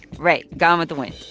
right, gone with the wind.